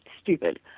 stupid